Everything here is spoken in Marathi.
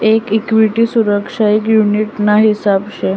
एक इक्विटी सुरक्षा एक युनीट ना हिस्सा शे